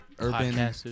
Urban